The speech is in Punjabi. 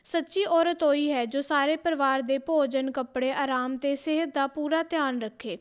ਸੱਚੀ ਔਰਤ ਉਹ ਹੀ ਹੈ ਜੋ ਸਾਰੇ ਪਰਿਵਾਰ ਦੇ ਭੋਜਨ ਕੱਪੜੇ ਆਰਾਮ ਅਤੇ ਸਿਹਤ ਦਾ ਪੂਰਾ ਧਿਆਨ ਰੱਖੇ